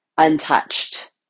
untouched